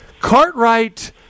Cartwright